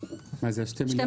הייתה שכדי